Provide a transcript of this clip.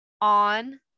on